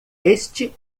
este